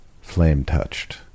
flame-touched